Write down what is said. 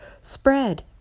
Spread